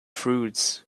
fruits